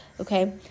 Okay